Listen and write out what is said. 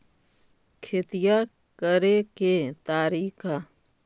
खेतिया करेके के तारिका?